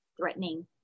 threatening